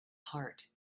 heart